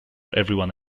everyone